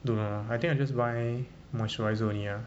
don't know I think I just buy moisturiser only ah